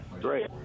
Great